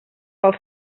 pel